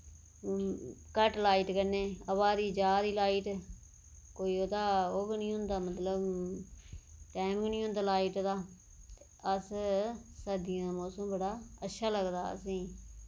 घट्ट लाइट कन्नै आवै दी जा दी लाइट कोई ओह्दा ओह् गै नेईं होंदा मतलब टैम गै नेईं होंदा लाइट दा अस सर्दियें दा मौसम बड़ा अच्छा लगदा असें ई